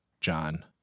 John